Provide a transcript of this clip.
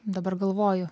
dabar galvoju